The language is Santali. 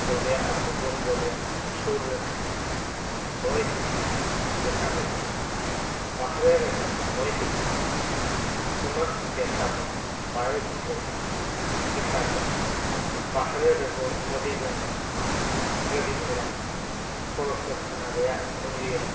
ᱫᱚᱨᱭᱟ ᱟᱨ ᱚᱜᱚᱢ ᱫᱚᱨᱭᱟ ᱥᱩᱨ ᱨᱮᱱᱟᱝ ᱦᱚᱭ ᱦᱤᱸᱥᱤᱫ ᱡᱟᱦᱟᱸ ᱞᱮᱠᱟ ᱵᱟᱦᱨᱮ ᱨᱮᱱᱟᱜ ᱦᱚᱭ ᱦᱤᱸᱥᱤᱫ ᱫᱚ ᱩᱱᱟᱹᱜ ᱪᱮᱦᱨᱟ ᱫᱚ ᱵᱟᱭ ᱵᱩᱡᱷᱟᱹᱜᱼᱟ ᱪᱤᱠᱟᱹᱛᱮ ᱵᱟᱦᱨᱮ ᱨᱮᱫᱚ ᱟᱹᱰᱤ ᱜᱟᱱ ᱜᱟᱹᱰᱤ ᱜᱷᱚᱲᱟ ᱠᱚᱞ ᱠᱟᱹᱨᱠᱷᱟᱱᱟ ᱨᱮᱱᱟᱜ ᱫᱷᱩᱝᱜᱤᱭᱟᱹ